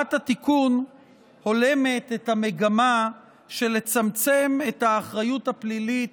הצעת התיקון הולמת את המגמה לצמצם את האחריות הפלילית